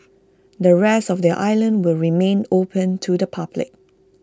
the rest of the island will remain open to the public